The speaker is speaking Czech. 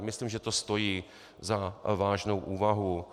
Myslím, že to stojí za vážnou úvahu.